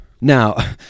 Now